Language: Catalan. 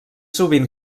sovint